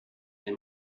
des